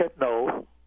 no